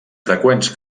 freqüents